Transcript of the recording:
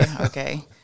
Okay